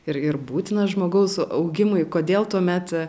ir ir būtinas žmogaus augimui kodėl tuomet